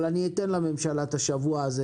אבל אתן לממשלה את השבוע הזה